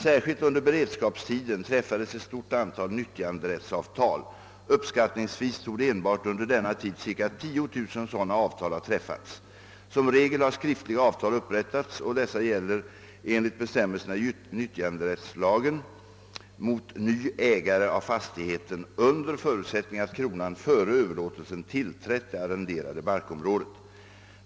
Särskilt under beredskapstiden träffades ett stort antal nytt janderättsavtal. Uppskattningsvis torde enbart under denna tid cirka 310 000 sådana avtal ha träffats. Som regel har skriftliga avtal upprättats och dessa gäller enligt bestämmelserna i nyttjanderättslagen mot ny ägare av fastigheten under förutsättning att kronan före överlåtelsen tillträtt det arrenderade markområdet.